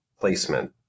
placement